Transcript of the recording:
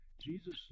Jesus